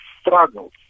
struggles